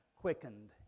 quickened